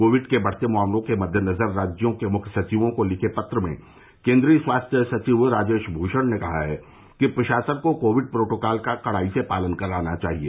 Covid के बढ़ते मामलों के मद्देनजर राज्यों के मुख्य सचिवों को लिखे पत्र में केन्द्रीय स्वास्थ्य सचिव राजेश भूषण ने कहा है कि प्रशासन को कोविड प्रोटोकाल का कड़ाई से पालन कराना चाहिए